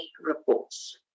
reports